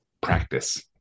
practice